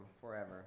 forever